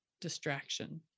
distraction